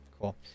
cool